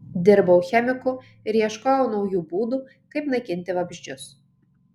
dirbau chemiku ir ieškojau naujų būdų kaip naikinti vabzdžius